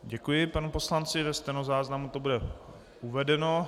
Děkuji panu poslanci, ve stenozáznamu to bude uvedeno.